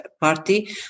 Party